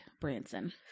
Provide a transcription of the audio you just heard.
Branson